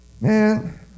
Man